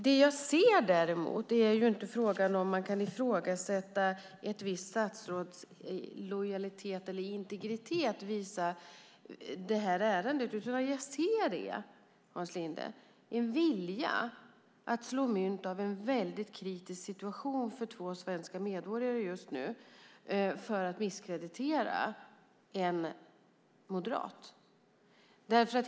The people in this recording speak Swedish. Vad jag ser här är inte frågan om man kan ifrågasätta ett visst statsråds lojalitet eller integritet i det här ärendet, utan vad jag ser, Hans Linde, är en vilja att slå mynt av en väldigt kritisk situation för två svenska medborgare just nu för att misskreditera en moderat.